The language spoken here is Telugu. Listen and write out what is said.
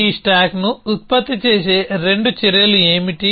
ఈ స్టాక్ను ఉత్పత్తి చేసే రెండు చర్యలు ఏమిటి